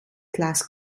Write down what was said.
class